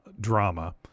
drama